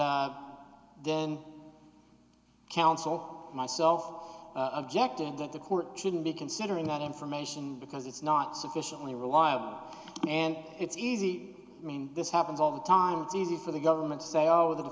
then counsel myself objected that the court shouldn't be considering that information because it's not sufficiently reliable and it's easy i mean this happens all the time it's easy for the government to say oh the